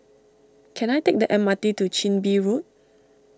can I take the M R T to Chin Bee Road